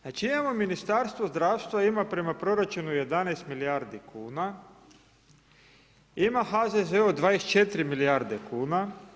Znači imamo, Ministarstvo zdravstva ima prema proračunu 11 milijardi kuna, ima HZZO 24 milijarde kuna.